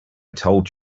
told